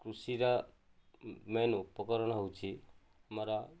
କୃଷିର ମେନ୍ ଉପକରଣ ହେଉଛି ଆମର